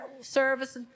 service